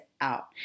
out